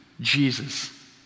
Jesus